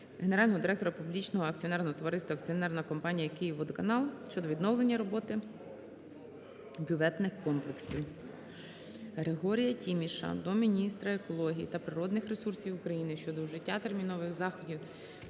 генерального директора Публічного акціонерного товариства «Акціонерна компанія «Київводоканал» щодо відновлення роботи бюветних комплексів. Григорія Тіміша до міністра екології та природних ресурсів України щодо вжиття термінових заходів